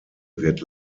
wird